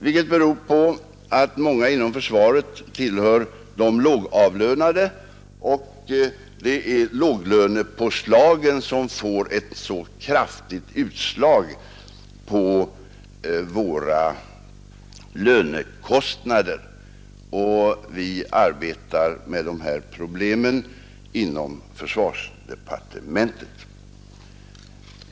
Detta beror på att många inom försvaret tillhör de lågavlönade, och det är just låglönepåslagen som ger ett mycket kraftigt utslag på våra lönekostnader. — Vi arbetar med dessa problem inom försvarsdepartementet.